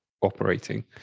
operating